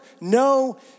no